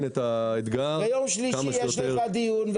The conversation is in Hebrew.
ביום שלישי יש לך דיון,